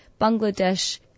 Bangladesh